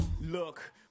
Look